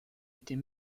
était